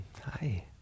hi